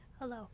Hello